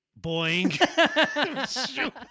Boing